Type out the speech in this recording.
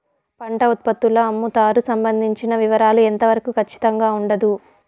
పంట ఉత్పత్తుల అమ్ముతారు సంబంధించిన వివరాలు ఎంత వరకు ఖచ్చితంగా ఉండదు?